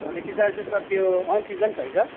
भनेपछि चाहिँ अहिले चाहिँ सर त्यो अनसिजन छ है सर